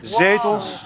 zetels